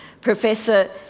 Professor